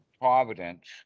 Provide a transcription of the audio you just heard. providence